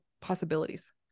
possibilities